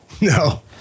No